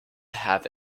have